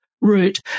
route